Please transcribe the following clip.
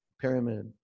pyramid